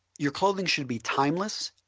your clothing should be timeless,